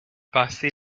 passer